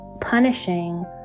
punishing